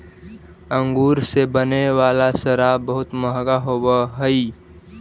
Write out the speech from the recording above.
अंगूर से बने वाला शराब बहुत मँहगा होवऽ हइ